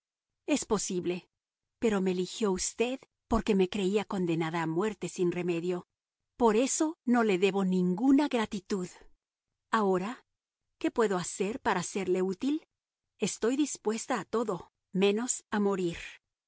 es posible pero me eligió usted porque me creía condenada a muerte sin remedio por eso no le debo ninguna gratitud ahora qué puedo hacer para serle útil estoy dispuesta a todo menos a morir